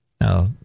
Now